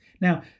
now